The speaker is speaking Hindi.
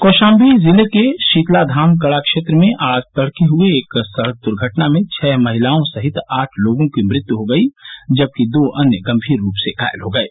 कौशाम्बी जिले के शीतलाधाम कड़ा क्षेत्र में आज तड़के हये एक सड़क दुर्घटना में छः महिलाओ सहित आठ लोगों की मृत्यु हो गयी जबकि दो अन्य गम्मीर रूप से घायल हो गये